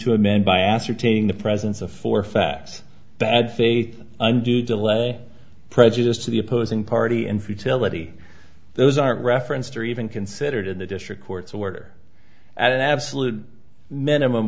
amend by ascertaining the presence of for fact bad faith undue delay prejudice to the opposing party and futility those aren't referenced or even considered in the district court's order at an absolute minimum